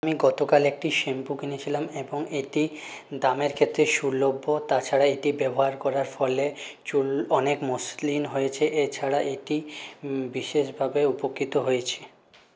আমি গতকাল একটি শ্যাম্পু কিনেছিলাম এবং এটি দামের ক্ষেত্রে সুলভ্য তাছাড়া এটি ব্যবহার করার ফলে চুল অনেক মসলিন হয়েছে এছাড়া এটি বিশেষভাবে উপকৃত হয়েছে